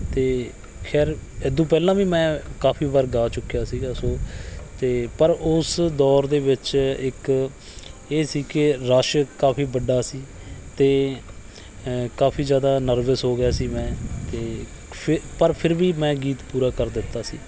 ਅਤੇ ਖੈਰ ਇੱਦੋਂ ਪਹਿਲਾਂ ਵੀ ਮੈਂ ਕਾਫ਼ੀ ਵਾਰ ਗਾ ਚੁੱਕਿਆ ਸੀਗਾ ਸੋ ਅਤੇ ਪਰ ਉਸ ਦੌਰ ਦੇ ਵਿੱਚ ਇੱਕ ਇਹ ਸੀ ਕਿ ਰਸ਼ ਕਾਫ਼ੀ ਵੱਡਾ ਸੀ ਅਤੇ ਕਾਫ਼ੀ ਜ਼ਿਆਦਾ ਨਰਵਸ ਹੋ ਗਿਆ ਸੀ ਮੈਂ ਅਤੇ ਫੇ ਪਰ ਫਿਰ ਵੀ ਮੈਂ ਗੀਤ ਪੂਰਾ ਕਰ ਦਿੱਤਾ ਸੀ